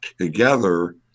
together